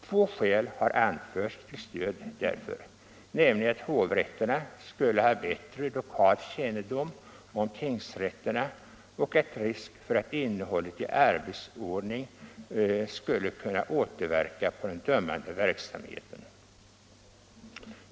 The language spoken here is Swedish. Två skäl har anförts till stöd därför, nämligen att hovrätterna skulle ha en bättre lokal kännedom om tingsrätterna och risken för att innehållet i arbetsordning skulle kunna åter verka på den dömande verksamheten.